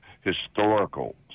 historical